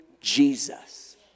Jesus